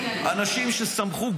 אנשים ששמחו,